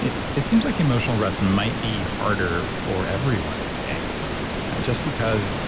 it it seems like emotional rest might be harder for everyone these days and just because